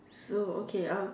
so okay um